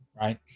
Right